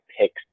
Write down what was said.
picks